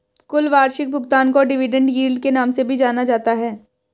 कुल वार्षिक भुगतान को डिविडेन्ड यील्ड के नाम से भी जाना जाता है